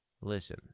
listen